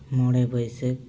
ᱢᱚᱬᱮ ᱵᱟᱹᱭᱥᱟᱹᱠᱷ